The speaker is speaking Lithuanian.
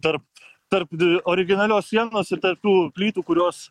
tarp tarp originalios sienos ir tarp tų plytų kurios